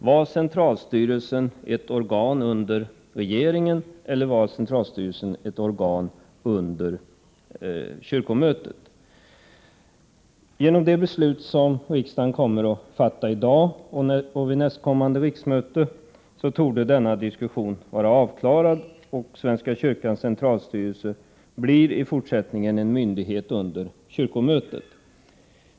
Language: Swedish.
Var centralstyrelsen ett organ under regeringen, eller var den ett organ under kyrkomötet? Genom de beslut som riksdagen kommer att fatta i dag och vid nästkommande riksmöte torde denna diskussion vara avklarad, och svenska kyrkans centralstyrelse blir i fortsättningen en myndighet under kyrkomötet.